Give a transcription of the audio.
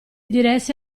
diresse